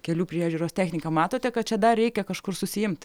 kelių priežiūros technika matote kad čia dar reikia kažkur susiimt